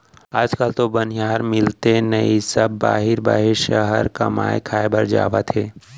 आज काल तो बनिहार मिलते नइए सब बाहिर बाहिर सहर कमाए खाए बर जावत हें